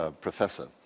professor